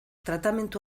tratamendu